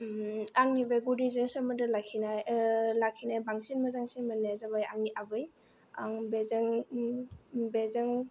आंनि बे गुदिजों सोमोन्दो लाखिनाय लाखिनाय बांसिन मोजांसिन मोननाया जाबाय आंनि आबै आं बिजों बिजों